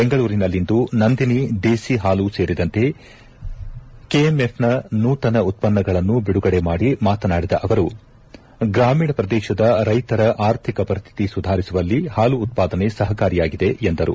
ಬೆಂಗಳೂರಿನಲ್ಲಿಂದು ನಂದಿನಿ ದೇಸಿ ಹಾಲು ಸೇರಿದಂತೆ ಕೆಎಫ್ಎಂನ ನೂತನ ಉತ್ಪನ್ನಗಳನ್ನು ಬಿಡುಗಡೆ ಮಾಡಿ ಮಾತನಾಡಿದ ಅವರು ಗ್ರಾಮೀಣ ಪ್ರದೇಶದ ರೈತರ ಆರ್ಥಿಕ ಪರಿಸ್ಥಿತಿ ಸುಧಾರಿಸುವಲ್ಲಿ ಹಾಲು ಉತ್ಪಾದನೆ ಸಹಕಾರಿಯಾಗಿದೆ ಎಂದರು